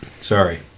Sorry